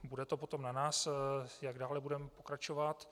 Bude to potom na nás, jak dále budeme pokračovat.